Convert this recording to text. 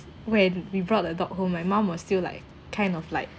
when we brought the dog home my mum was still like kind of like